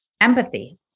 empathy